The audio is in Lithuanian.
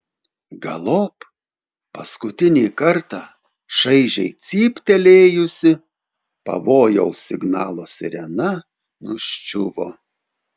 galop paskutinį kartą šaižiai cyptelėjusi pavojaus signalo sirena nuščiuvo